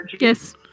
Yes